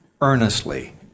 earnestly